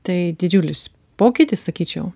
tai didžiulis pokytis sakyčiau